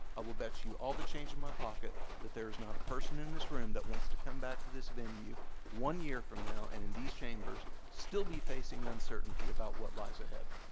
i will bet you all the change in my pocket that there is not a person in this room that wants to come back to this venue one year from now and in these chambers still be facing a uncertainty about what lies ahead,